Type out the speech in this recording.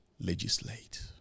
legislate